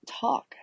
talk